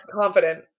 confident